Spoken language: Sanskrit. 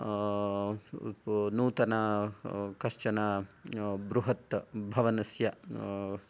नूतन कश्चन बृहत् भवनस्य